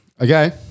okay